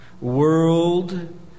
world